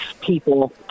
people